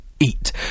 Eat